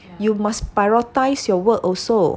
you must prioritise your work also